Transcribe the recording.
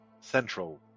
central